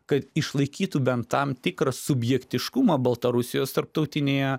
kad išlaikytų bent tam tikrą subjektiškumą baltarusijos tarptautinėje